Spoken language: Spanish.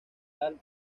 tal